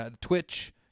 Twitch